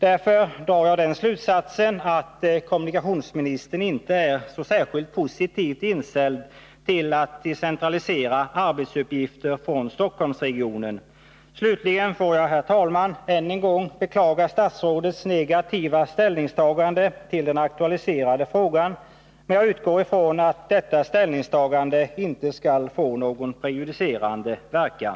Därför drar jag slutsatsen att kommunikationsministern inte är så särskilt positivt inställd till att decentralisera arbetsuppgifter från Stockholmsregionen. Slutligen får jag, herr talman, än en gång beklaga statsrådets negativa ställningstagande till den aktualiserade frågan, men jag utgår ifrån att detta ställningstagande inte skall få någon prejudicerande verkan.